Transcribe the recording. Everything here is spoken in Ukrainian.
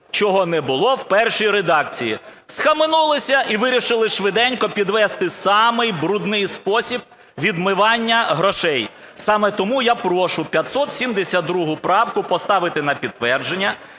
чого не було в першій редакції. Схаменулися і вирішили швиденько підвести самий брудний спосіб відмивання грошей. Саме тому я прошу 572 правку поставити на підтвердження